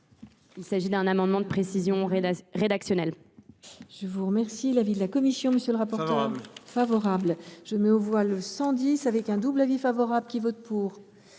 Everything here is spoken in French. Il s’agit d’un amendement de précision rédactionnelle.